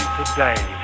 today